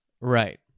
Right